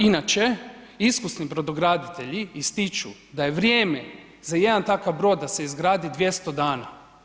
Inače, iskusni brodograditelji ističu da je vrijeme za jedan takav brod da se izgradi 200 dana.